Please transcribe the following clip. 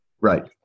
Right